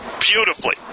beautifully